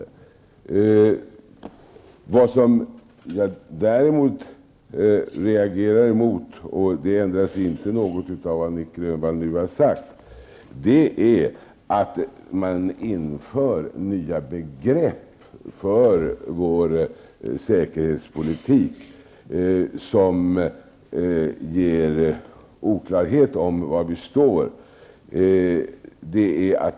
Däremot reagerade jag mot, och det som Nic Grönvall här har sagt medför inte någon ändrad inställning på den punkten, att man inför nya begrepp för vår säkerhetspolitik som resulterar i oklarhet om var vi står.